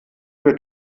für